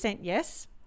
yes